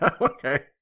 okay